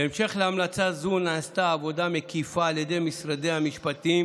בהמשך להמלצה זו נעשתה עבודה מקיפה על ידי משרדי המשפטים